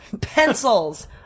pencils